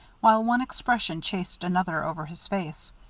while one expression chased another over his face.